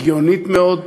הגיונית מאוד,